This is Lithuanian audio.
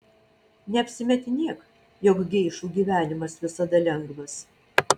neapsimetinėk jog geišų gyvenimas visada lengvas